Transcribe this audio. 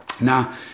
Now